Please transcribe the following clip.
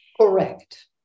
Correct